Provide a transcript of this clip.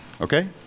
Okay